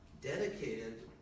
dedicated